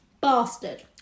bastard